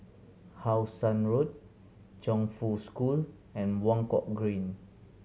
How Sun Road Chongfu School and Buangkok Green